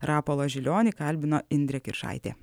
rapolą žilionį kalbino indrė kiršaitė